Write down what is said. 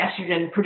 estrogen